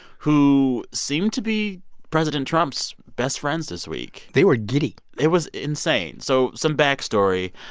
who seemed to be president trump's best friends this week they were giddy it was insane. so some backstory.